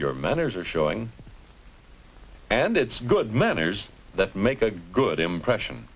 your manners are showing and it's good manners that make a good impression